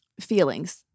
feelings